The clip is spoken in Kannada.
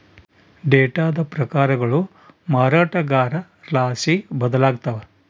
ಡೇಟಾದ ಪ್ರಕಾರಗಳು ಮಾರಾಟಗಾರರ್ಲಾಸಿ ಬದಲಾಗ್ತವ